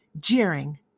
jeering